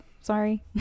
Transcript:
Sorry